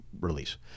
release